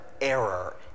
error